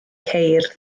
ceir